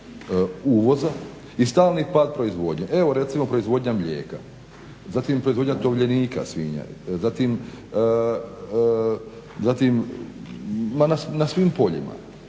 uvoza i stalni pad proizvodnje. Evo recimo proizvodnja mlijeka, zatim proizvodnja tovljenika svinja, zatim ma na svim poljima.